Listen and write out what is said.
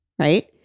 Right